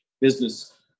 business